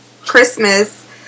Christmas